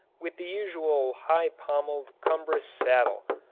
with the usual high-pommelled cumbrous saddle,